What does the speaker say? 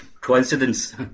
coincidence